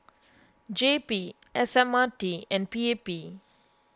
J P S M R T and P A P